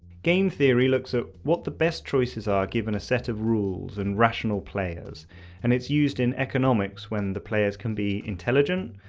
game theory looks at what the best choices are given a set of rules and rational players and it's used in economics when the players can be intelligent,